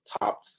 top